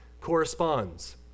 corresponds